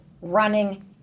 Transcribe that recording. running